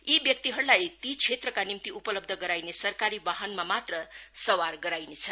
यी व्यक्तिहरूलाई ती क्षेत्रका निम्ति उपलब्ध गराइने सरकारी वाहनमा मात्र सवार गराइनेछ